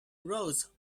rose